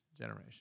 generation